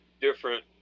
different